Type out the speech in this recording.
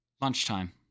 Lunchtime